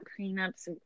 cleanups